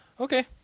Okay